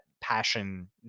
passion